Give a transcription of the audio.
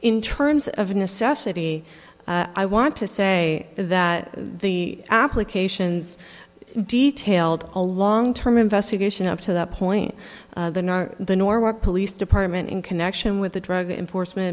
in terms of necessity i want to say that the applications detailed a long term investigation up to that point the norwalk police department in connection with the drug enforcement